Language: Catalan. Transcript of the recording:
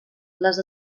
les